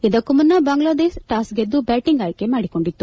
ಇದಕ್ಕೂ ಮುನ್ನ ಬಾಂಗ್ಲಾದೇಶ ಟಾಸ್ ಗೆದ್ದು ಬ್ಯಾಟಿಂಗ್ ಆಯ್ಕೆ ಮಾಡಿಕೊಂಡಿತ್ತು